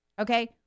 Okay